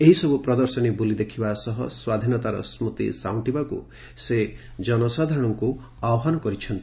ଏହିସବୁ ପ୍ରଦର୍ଶନୀ ବୁଲି ଦେଖିବା ସହ ସ୍ୱାଧୀନତାର ସ୍କୃତି ସାଉଁଟି ନେବାକୁ ନେଇଯିବାକୁ ସେ ଜନସାଧାରଣଙ୍କୁ ଆହ୍ୱାନ କରିଛନ୍ତି